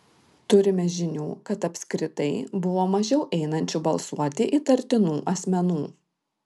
turime žinių kad apskritai buvo mažiau einančių balsuoti įtartinų asmenų